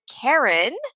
Karen